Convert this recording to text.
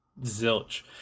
zilch